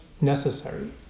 necessary